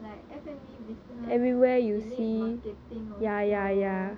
like F&B business you need marketing also